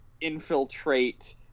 infiltrate